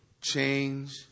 Change